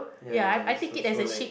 ya there's also like